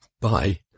bye